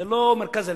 זה לא מרכז הליכוד.